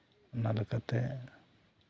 ᱚᱱᱟ ᱞᱮᱠᱟᱛᱮ